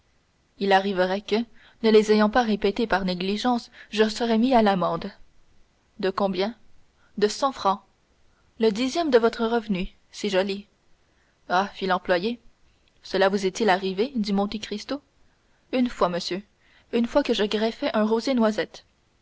il arriverait que ne les ayant pas répétés par négligence je serais mis à l'amende de combien de cent francs le dixième de votre revenu c'est joli ah fit l'employé cela vous est arrivé dit monte cristo une fois monsieur une fois que je greffais un rosier noisette